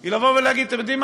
היא להגיד: אתם יודעים מה?